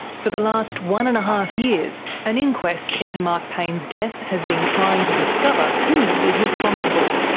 for the last one and a half years, an inquest into mark payne's death has been trying to discover who was responsible.